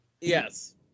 Yes